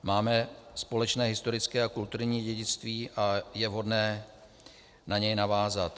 Máme společné historické a kulturní dědictví a je vhodné na něj navázat.